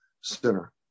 Center